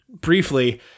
Briefly